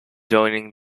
joining